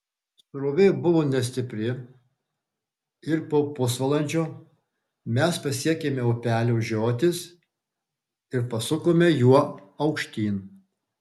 srovė buvo nestipri ir po pusvalandžio mes pasiekėme upelio žiotis ir pasukome juo aukštyn